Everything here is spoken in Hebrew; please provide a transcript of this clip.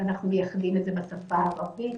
אנחנו מייחדים את זה בשפה הערבית.